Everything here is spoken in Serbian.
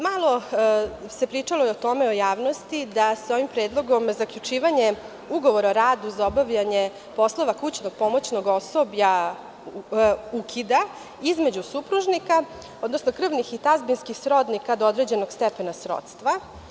Malo se pričalo o tome u javnosti da se ovim predlogom zaključivanje ugovora o radu za obavljanje poslova kućnog, pomoćnog osoblja ukida između supružnika, odnosno krvnih i tazbinskih srodnika do određenog stepena srodstva.